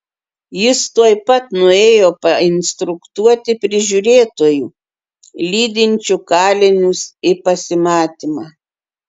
jis tuoj pat nuėjo painstruktuoti prižiūrėtojų lydinčių kalinius į pasimatymą